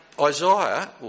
isaiah